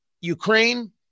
Ukraine